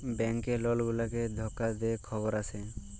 bank যে লক গুলাকে ধকা দে খবরে আসে